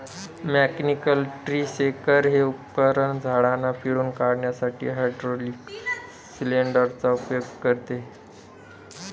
mechanical tree shaker हे उपकरण झाडांना पिळून काढण्यासाठी हायड्रोलिक सिलेंडर चा उपयोग करते